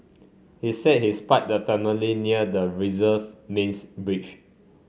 he said he spied the family near the reserve mains bridge